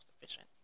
sufficient